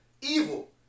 evil